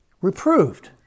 reproved